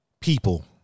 People